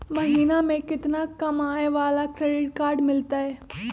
महीना में केतना कमाय वाला के क्रेडिट कार्ड मिलतै?